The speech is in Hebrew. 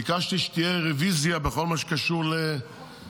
ביקשתי שתהיה רוויזיה בכל מה שקשור לנקודות.